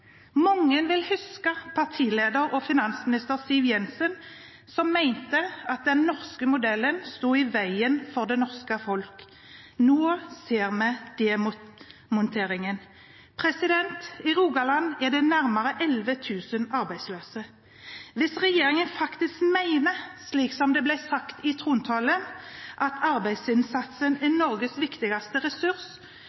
Mange vil huske partileder og finansminister Siv Jensen, som mente at den norske modellen sto i veien for det norske folk. Nå ser vi demonteringen. I Rogaland er det nærmere 11 000 arbeidsløse. Hvis regjeringen faktisk mener – slik det ble sagt i trontalen – at arbeidsinnsatsen er